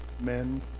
men